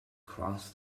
across